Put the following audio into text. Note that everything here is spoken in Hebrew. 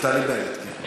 אצל נפתלי בנט, כן.